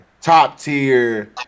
top-tier